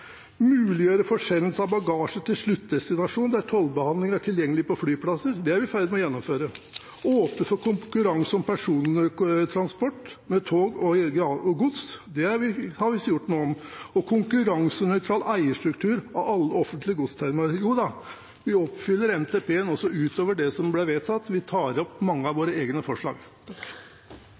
Muliggjøre «videreforsendelse av bagasje til de sluttdestinasjoner der tollbehandling er tilgjengelig på flyplassen» – X – det er vi i ferd med å gjennomføre. Å «åpne for konkurranse om persontransport med tog» – XV – det har vi gjort noe med. En «konkurransenøytral eierstruktur av alle offentlige godsterminaler» – XIX – joda, vi oppfyller NTP også utover det som ble vedtatt. Vi tar opp mange av våre egne forslag.